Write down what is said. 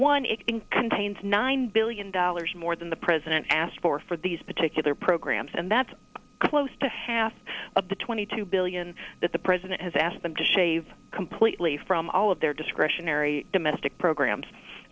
in contains nine billion dollars more than the president asked for for these particular programs and that's close to half of the twenty two billion that the president has asked them to shave completely from all of their discretionary domestic programs